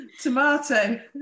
Tomato